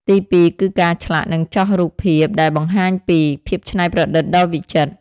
ទីពីរគឺការឆ្លាក់ និងចោះរូបភាពដែលបង្ហាញពី ភាពច្នៃប្រឌិតដ៏វិចិត្រ។